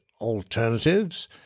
Alternatives